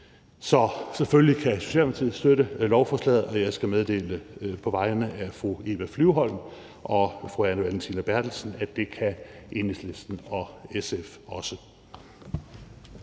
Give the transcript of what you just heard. Så selvfølgelig kan Socialdemokratiet støtte lovforslaget, og jeg skal på vegne af fru Eva Flyvholm og fru Anne Valentina Berthelsen sige, at det kan Enhedslisten og SF også.